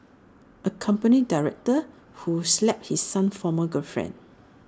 A company director who slapped his son's former girlfriend